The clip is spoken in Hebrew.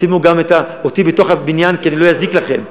שימו גם אותי בתוך הבניין, כי אני לא אזיק לכם.